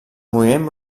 moviment